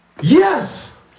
Yes